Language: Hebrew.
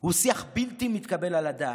הוא שיח בלתי מתקבל על הדעת,